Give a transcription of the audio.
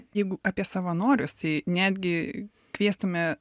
jeigu apie savanorius tai netgi kviestume